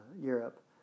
Europe